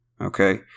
okay